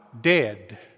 dead